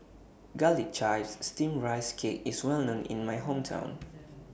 Garlic Chives Steamed Rice Cake IS Well known in My Hometown